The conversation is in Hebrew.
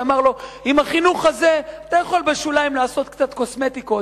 שאמר לו: עם החינוך הזה אתה יכול בשוליים לעשות קצת קוסמטיקות,